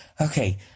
okay